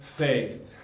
faith